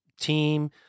team